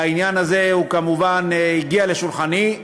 העניין הזה, כמובן, הגיע לשולחני.